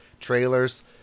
trailers